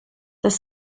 das